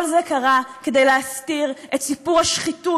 כל זה קרה כדי להסתיר את סיפור השחיתות